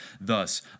Thus